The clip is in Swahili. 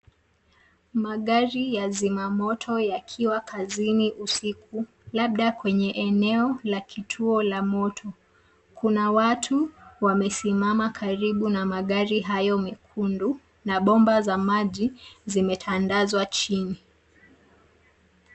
Magari ya zima moto yakiwa kazini usiku, labda kwenye eneo la kituo cha moto. Kuna watu wamesimama karibu na magari hayo mekundu na bomba za maji zimetandazwa chini.